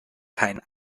keinen